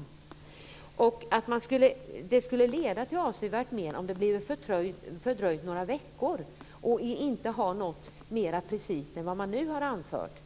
Det är de facto ohederligt att anföra sådana argument som att det skulle leda till avsevärt men om det blev fördröjt några veckor, utan att ha något mer precist än det man nu har anfört